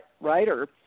writer